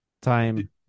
time